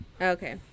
Okay